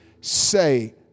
say